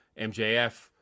MJF